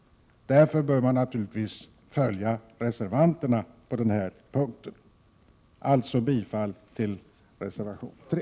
Därför bör man naturligtvis följa reservanternas förslag på den här punkten. Jag yrkar alltså bifall till reservation 3.